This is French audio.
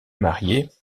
mariée